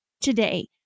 today